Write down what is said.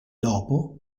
dopo